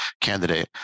candidate